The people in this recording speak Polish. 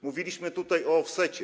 Mówiliśmy tutaj o offsecie.